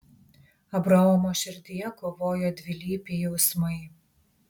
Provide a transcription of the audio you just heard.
abraomo širdyje kovojo dvilypiai jausmai